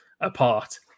apart